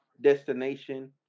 destination